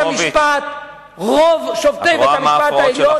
רוב שופטי בית-המשפט העליון,